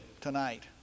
tonight